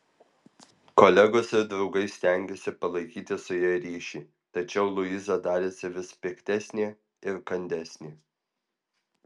kolegos ir draugai stengėsi palaikyti su ja ryšį tačiau luiza darėsi vis piktesnė ir kandesnė